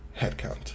Headcount